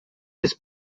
this